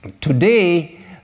today